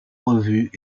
revues